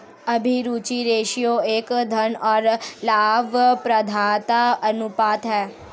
अभिरुचि रेश्यो एक ऋण और लाभप्रदता अनुपात है